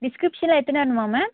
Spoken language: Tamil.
டிஸ்கிரிப்ஷனெலாம் எடுத்துனு வரணுமா மேம்